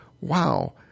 wow